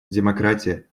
демократия